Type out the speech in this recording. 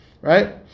Right